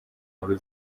nkuru